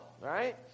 right